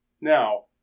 Now